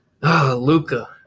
Luca